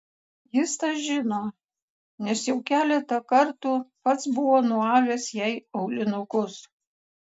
jis tą žino nes jau keletą kartų pats buvo nuavęs jai aulinukus